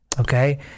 Okay